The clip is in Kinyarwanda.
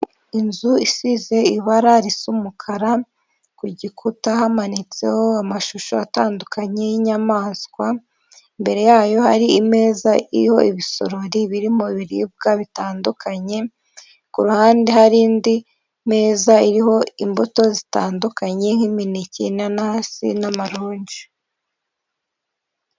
Inzu isize ibara risa umukara, ku gikuta hamanitseho amashusho atandukanye y'inyamaswa, imbere yayo hari imeza iriho ibisorori birimo ibiribwa bitandukanye, ku ruhande hari indi meza iriho imbuto zitandukanye nk'imineke, inanasi n'amaronji.